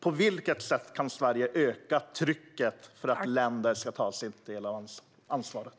På vilket sätt kan Sverige öka trycket för att länder ska ta sin del av ansvaret?